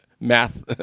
math